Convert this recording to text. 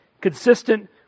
Consistent